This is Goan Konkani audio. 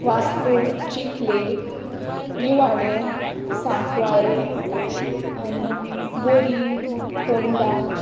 वास्को चिखले निवाडे सांकवाळे आनी बोरी फोंडा